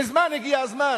מזמן הגיע הזמן